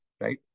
right